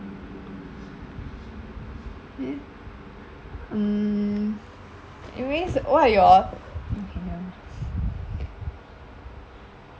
mm you means what your